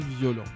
violent